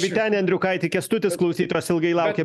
vyteni andriukaiti kęstutis klausytojas ilgai laukė